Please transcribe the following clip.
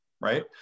right